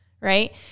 right